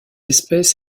espèce